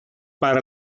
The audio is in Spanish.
para